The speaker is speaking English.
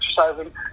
exercising